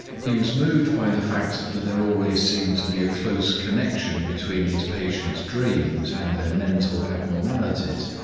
he was moved by the fact that there always seemed to be a close connection between his patients' dreams and their mental abnormalities,